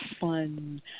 fun